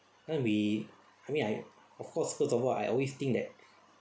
you know we I mean I of course first of all I always think that